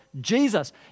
Jesus